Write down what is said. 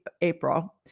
April